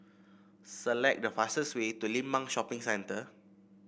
select the fastest way to Limbang Shopping Centre